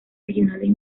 regionales